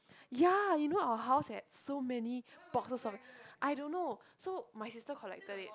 ya you know our house had so many boxes of I don't know so my sister collected it